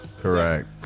Correct